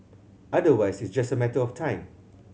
otherwise it's just a matter of time